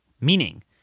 meaning